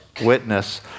witness